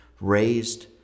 raised